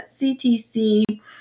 CTC